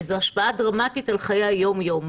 וזו השפעה דרמטית על חיי היום-יום.